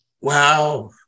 wow